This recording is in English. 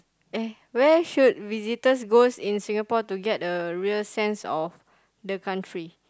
eh where should visitors goes in Singapore to get a real sense of the country